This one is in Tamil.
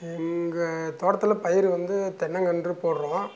எங்கள் தோட்டத்தில் பயிறு வந்து தென்னைங்கன்று போடுறோம்